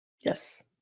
Yes